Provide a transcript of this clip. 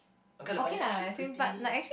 okay lah but is actually pretty